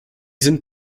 sind